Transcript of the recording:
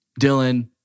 Dylan